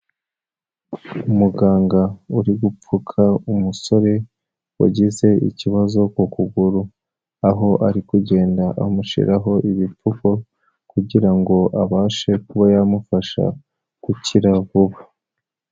Umuganga uri gupfuka umusore wagize ikibazo ku kuguru aho ari kugenda amushyiraho ibipfuko kugira ngo abashe kuba yamufasha gukira vuba.